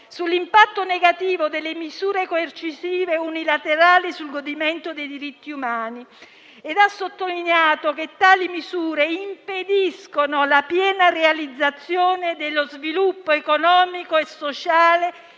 sull'impatto negativo delle misure coercitive unilaterali e sul godimento dei diritti umani e ha sottolineato che tali misure impediscono la piena realizzazione dello sviluppo economico e sociale